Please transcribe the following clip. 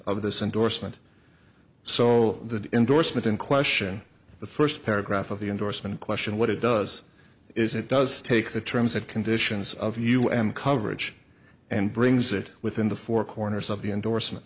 of this indorsement so the endorsement in question the first paragraph of the endorsement question what it does is it does take the terms and conditions of you and coverage and brings it within the four corners of the endorsement